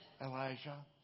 Elijah